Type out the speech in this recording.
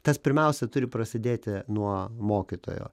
tas pirmiausia turi prasidėti nuo mokytojo